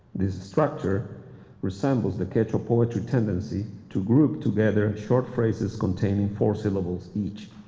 this structure resembles the quechua poetry tendency to group together short phrases containing four syllables each.